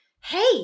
hey